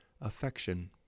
affection